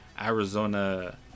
Arizona